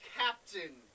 captain